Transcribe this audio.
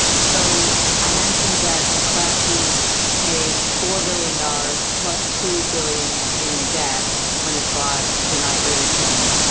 so good. i mentioned that mcclatchey paid four billion dollars plus two billion in debt when it bought the knight ridder chain.